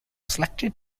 selected